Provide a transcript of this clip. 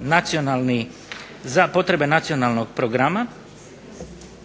nacionalni za potrebe nacionalnog programa.